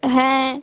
হ্যাঁ